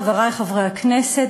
חברי חברי הכנסת,